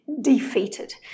defeated